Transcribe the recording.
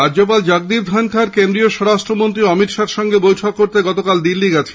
রাজ্যপাল জগদীপ ধনখড় কেন্দ্রীয় স্বরাষ্ট্রমন্ত্রী অমিত শাহ র সঙ্গে বেঠক করতে গতকাল দিল্লী গেছেন